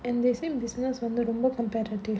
and they say business வந்து ரொம்ப:vandhu romba competitive